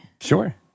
Sure